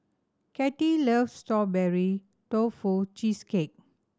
Kattie loves Strawberry Tofu Cheesecake